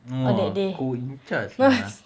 !wah! co in charge lah